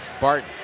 Barton